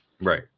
Right